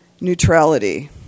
Neutrality